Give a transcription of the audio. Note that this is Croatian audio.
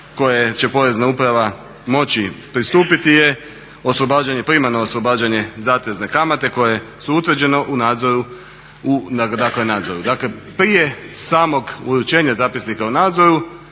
koje će Porezna uprava moći pristupiti je oslobađanje, primarno oslobađanje zatezne kamate koje su utvrđene u nadzoru. Dakle, prije samo uručenja samog zapisnika o nadzor